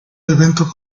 evento